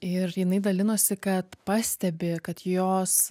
ir jinai dalinosi kad pastebi kad jos